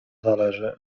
zależy